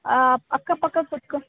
ಅಕ್ಕಪಕ್ಕ ಕೂತ್ಕೊ